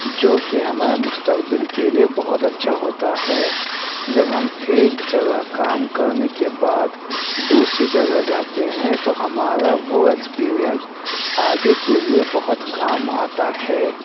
جو کہ ہمارے مستقبل کے لیے بہت اچھا ہوتا ہے جب ہم ایک جگہ کام کرنے کے بعد دوسری جگہ جاتے ہیں تو ہمارا وہ ایکسپیرینس آگے کے لیے بہت کام آتا ہے